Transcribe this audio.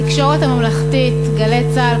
התקשורת הממלכתית: "גלי צה"ל",